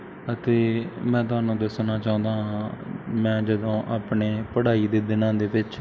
ਅਤੇ ਮੈਂ ਤੁਹਾਨੂੰ ਦੱਸਣਾ ਚਾਹੁੰਦਾ ਹਾਂ ਮੈਂ ਜਦੋਂ ਆਪਣੇ ਪੜ੍ਹਾਈ ਦੇ ਦਿਨਾਂ ਦੇ ਵਿੱਚ